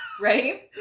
Ready